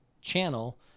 channel